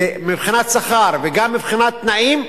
מבחינת שכר וגם מבחינת תנאים,